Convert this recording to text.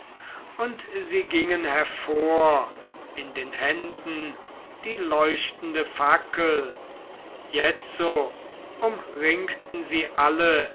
und sie gingen hervor in den händen die leuchtende fackel jetzo umringten sie alle